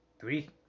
Three